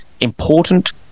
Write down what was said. Important